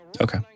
Okay